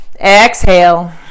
exhale